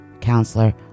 counselor